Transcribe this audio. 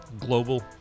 Global